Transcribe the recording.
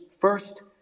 First